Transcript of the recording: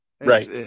Right